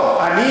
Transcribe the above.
לא, אתם תחליטו.